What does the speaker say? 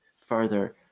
further